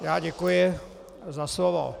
Já děkuji za slovo.